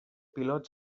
pilots